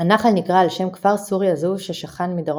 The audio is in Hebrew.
ויוצר את נחל סמך הנשפך